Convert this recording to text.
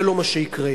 זה לא מה שיקרה.